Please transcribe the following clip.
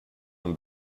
him